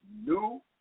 new